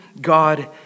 God